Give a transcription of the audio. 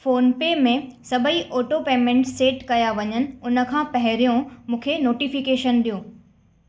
phone पे में सभई auto payment set कया वञनि उनखां पहिरियों मूंखे नोटिफिकेशन ॾियो